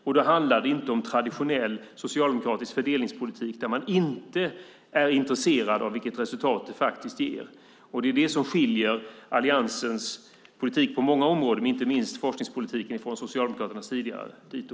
Det handlar inte om traditionell socialdemokratisk fördelningspolitik där man inte är intresserad av vilket resultat det faktiskt ger, och det är det som skiljer Alliansens politik på många områden, inte minst forskningspolitiken, från Socialdemokraternas tidigare dito.